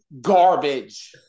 garbage